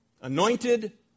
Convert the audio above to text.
Anointed